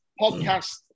podcast